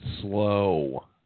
slow